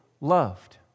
loved